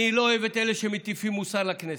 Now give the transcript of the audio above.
אני לא אוהב את אלה שמטיפים מוסר לכנסת.